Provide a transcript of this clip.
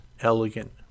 elegant